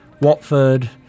Watford